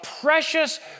precious